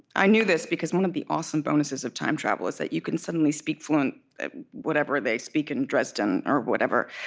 i knew this, because one of the awesome bonuses of time travel is that you can suddenly speak fluent whatever they speak in dresden, or whatever.